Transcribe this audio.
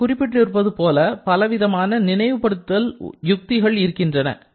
இங்கே குறிப்பிட்டிருப்பது போல பலவிதமான நினைவுபடுத்துதல் யுக்திகள் இருக்கின்றன